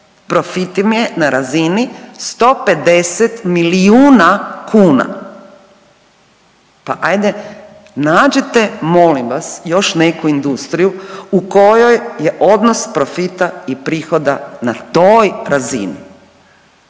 Profit im je na razini 150 milijuna kuna. Pa ajde, nađite, molim vas, još neku industriju u kojoj je odnos profita i prihoda na toj razini.